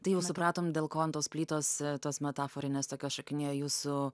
tai jau supratom dėl ko ant tos plytos tos metaforinės tokios šokinėjo jūsų